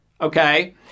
Okay